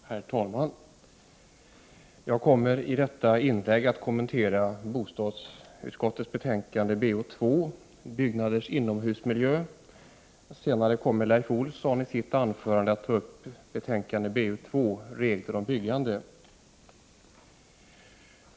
Herr talman! Jag kommer i detta inlägg att kommentera bostadsutskottets betänkande nr 2 om byggnaders inomhusmiljö. Senare kommer Leif Olsson i sitt anförande att ta upp bostadsutskottets betänkande nr 1, som gäller regler om byggande.